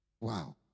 Wow